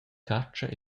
catscha